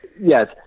Yes